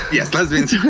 yes, lesbians yeah